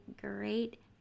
great